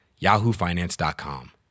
yahoofinance.com